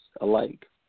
alike